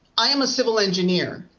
i am a civil engineer.